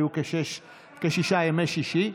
היו כשישה ימי רביעי.